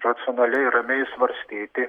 racionaliai ramiai svarstyti